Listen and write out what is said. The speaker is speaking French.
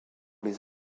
les